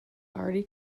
already